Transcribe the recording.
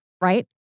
Right